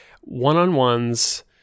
one-on-ones